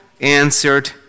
answered